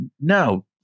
no